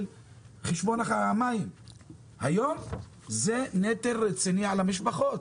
חשבון המים והיום זה נטל רציני על המשפחות,